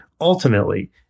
Ultimately